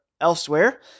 elsewhere